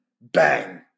bang